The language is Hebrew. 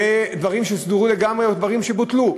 ויש דברים שסודרו לגמרי או דברים שבוטלו.